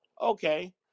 okay